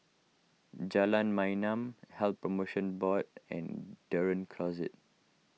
Jalan Mayaanam Health Promotion Board and Dunearn Close